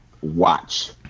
watch